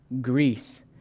Greece